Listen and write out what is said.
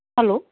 hello